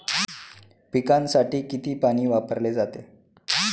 पिकांसाठी किती पाणी वापरले जाते?